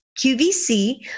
QVC